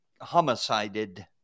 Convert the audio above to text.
homicided